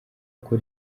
uko